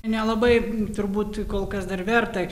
nelabai turbūt kol kas dar verta